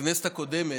בכנסת הקודמת,